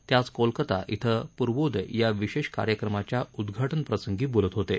ते आज कोलकाता श्वे पूर्वोदय या विशेष कार्यक्रमाच्या उद्घाटनप्रसंगी बोलत हाते